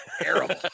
terrible